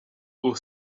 aux